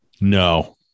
No